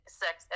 sex